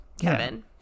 Kevin